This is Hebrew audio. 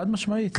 חד משמעית.